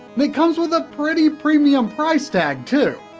but comes with a pretty premium price tag too.